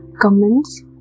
Comments